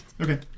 Okay